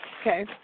Okay